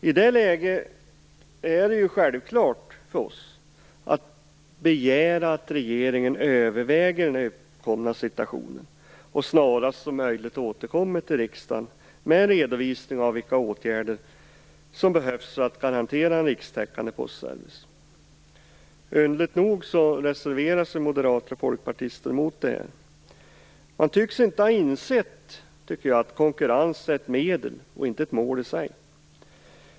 I det läget är det självklart för oss att begära att regeringen överväger den uppkomna situationen och snarast möjligt återkommer till riksdagen med en redovisning av vilka åtgärder som behövs för att garantera en rikstäckande postservice. Underligt nog reserverar sig moderater och folkpartister mot detta. Man verkar inte ha insett att konkurrens är ett medel, inte ett mål i sig.